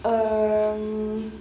um